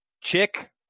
Chick